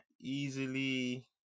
Easily